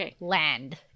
land